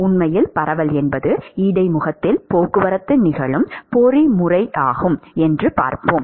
உண்மையில் பரவல் என்பது இடைமுகத்தில் போக்குவரத்து நிகழும் பொறிமுறையாகும் என்று பார்ப்போம்